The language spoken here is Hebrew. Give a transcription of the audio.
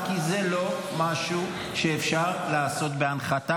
כי זה לא משהו שאפשר לעשות בהנחתה.